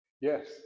Yes